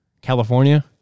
California